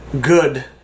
good